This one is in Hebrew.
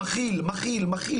מכיל ומכיל.